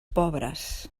pobres